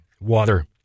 Water